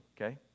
okay